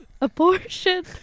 Abortion